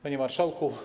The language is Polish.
Panie Marszałku!